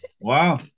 Wow